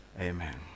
Amen